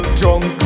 drunk